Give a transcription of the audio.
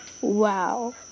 Wow